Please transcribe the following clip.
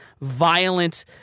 violent